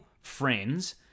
friends